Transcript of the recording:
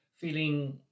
feeling